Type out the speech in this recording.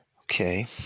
Okay